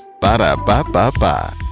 Ba-da-ba-ba-ba